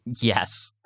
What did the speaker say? Yes